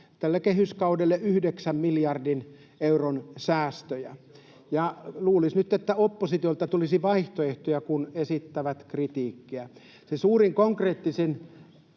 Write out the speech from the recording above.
kehyskaudelle yhdeksän miljardin euron säästöjä. Ja luulisi nyt, että oppositiolta tulisi vaihtoehtoja, kun esittävät kritiikkiä. Se suurin konkreettisin